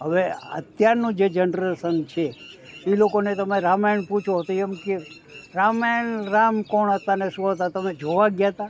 હવે અત્યારનું જે જનરેશન છે એ લોકોને તમે રામાયણ પૂછો તો એ એમ કહે કે રામાયણ રામ કોણ હતા ને શું હતા તમે જોવા ગયાં હતાં